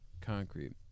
concrete